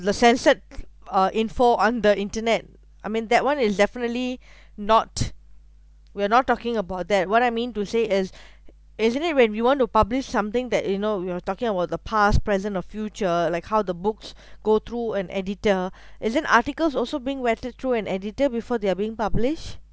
the censored uh info on the internet I mean that one is definitely not we're not talking about that what I mean to say as isn't it when we want to publish something that you know you are talking about the past present or future like how the books go through an editor isn't articles also being vetted through an editor before they are being published